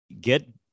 get